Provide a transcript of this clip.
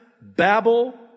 babble